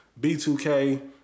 B2K